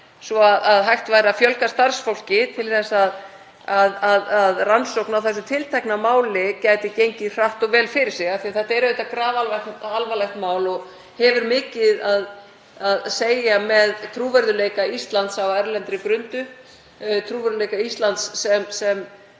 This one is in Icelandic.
svo hægt væri að fjölga starfsfólki til að rannsókn á þessu tiltekna máli gæti gengið hratt og vel fyrir sig, af því að þetta er auðvitað grafalvarlegt mál og hefur mikið að segja með trúverðugleika Íslands á erlendri grundu, trúverðugleika Íslands sem